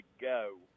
go